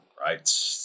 right